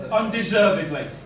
undeservedly